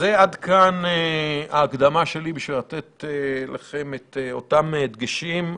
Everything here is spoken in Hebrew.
עד כאן הקדמה שלי בשביל לתת לכם את אותם הדגשים.